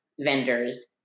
vendors